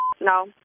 No